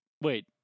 Wait